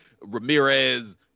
Ramirez